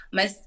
Mas